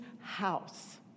house